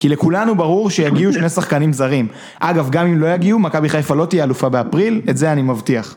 כי לכולנו ברור שיגיעו שני שחקנים זרים. אגב, גם אם לא יגיעו, מכבי חיפה לא תהיה אלופה באפריל את זה אני מבטיח.